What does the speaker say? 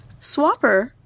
Swapper